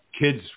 kids